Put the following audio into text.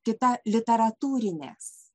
kita literatūrinės